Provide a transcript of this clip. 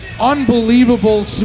Unbelievable